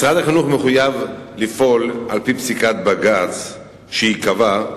משרד החינוך מחויב לפעול על-ידי פסיקת בג"ץ, שקבעה